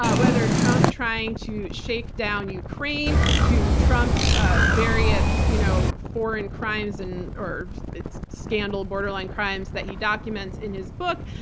ah whether trump's trying to shake down ukraine, to trump's ah various you know foreign crimes and or scandal-borderline-crimes that he documents in his book,